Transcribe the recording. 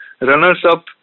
runners-up